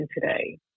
today